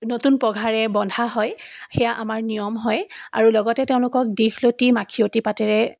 নতুন পঘাৰে বন্ধা হয় সেয়া আমাৰ নিয়ম হয় আৰু লগতে তেওঁলোকক দীঘলতি মাখিয়তি পাতেৰে